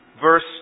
verse